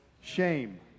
Shame